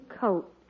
coat